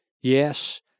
Yes